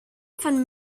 von